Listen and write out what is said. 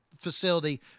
facility